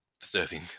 serving